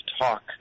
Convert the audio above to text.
talk